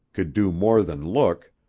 could do more than look,